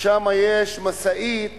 יש משאית